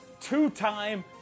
two-time